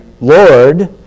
Lord